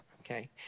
okay